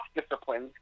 disciplines